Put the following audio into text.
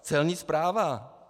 Celní správa.